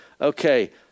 okay